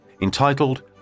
entitled